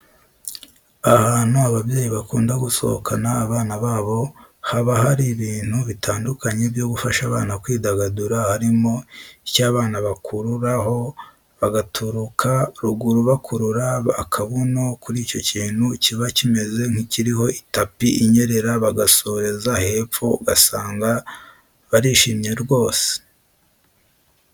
Ahantu ababyeyi bakunda gusohokana abana babo haba hari ibinti bitandukanye byo gufasha abana kwidagadura harimo icyo abana bikururaho bagaturuka ruguru bakurura akabuno kuri icyo kintu kiba kimeze nk'ikiriho itapi inyerera bagasoreza hepfo. Ugasanga barishomye rwose.